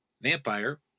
vampire